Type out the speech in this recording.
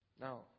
Now